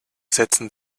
setzten